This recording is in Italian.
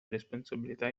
responsabilità